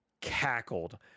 cackled